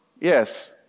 Yes